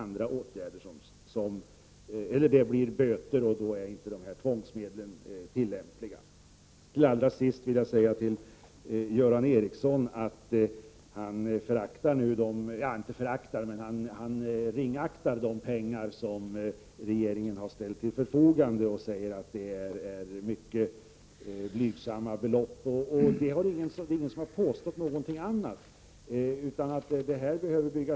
Straffet kommer att bli böter, och i de fallen är inte de här tvångsmedlen tillämpliga. Så vill jag säga till Göran Ericsson att han ringaktar de pengar som regeringen ställt till förfogande. Han sade att det var blygsamma belopp. Det är ingen som har påstått något annat.